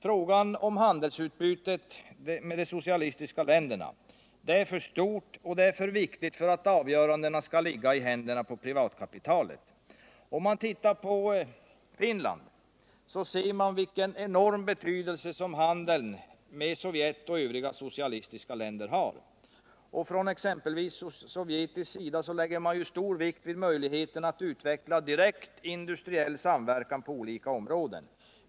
Frågan om handelsutbytet med de socialistiska länderna är för stor och för viktig för att avgörandena skall ligga i händerna på privatkapitalet. Om man tittar på Finland ser man vilken enorm betydelse som handeln med Sovjet och övriga socialistiska länder har. Från exempelvis sovjetisk sida lägger man stor vikt vid möjligheten att utveckla direkt industriell samverkan på olika områden.